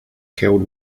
killed